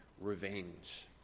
revenge